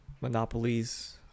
monopolies